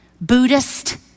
Buddhist